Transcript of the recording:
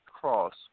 Cross